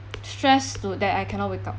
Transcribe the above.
stress to that I cannot wake up